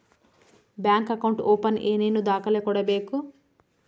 Bank account open ಏನೇನು ದಾಖಲೆ ಕೊಡಬೇಕು?